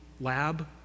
lab